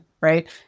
right